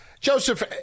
Joseph